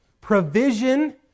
provision